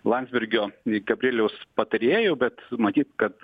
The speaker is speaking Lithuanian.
landsbergio į gabrieliaus patarėju bet matyt kad